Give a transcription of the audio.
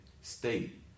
state